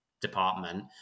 department